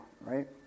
right